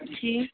جی